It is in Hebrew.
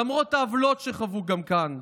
למרות העוולות שחוו גם כאן,